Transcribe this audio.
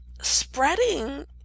spreading